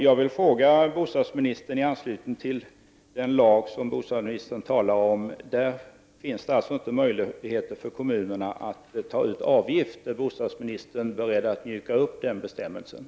Jag vill i anslutning till den lag som bostadsministern talade om fråga om bostadsministern är beredd att mjuka upp den bestämmelse som innebär att kommunerna inte får ta ut avgift.